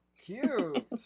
Cute